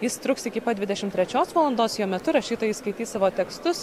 jis truks iki pat dvidešimt trečios valandos jo metu rašytojai skaitys savo tekstus